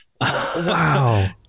Wow